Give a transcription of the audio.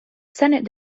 senate